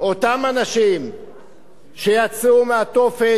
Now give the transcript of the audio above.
אותם אנשים שיצאו מהתופת,